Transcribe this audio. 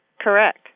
Correct